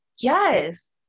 yes